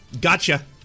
gotcha